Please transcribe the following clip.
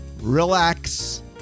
relax